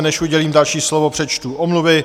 Než udělím další slovo, přečtu omluvy.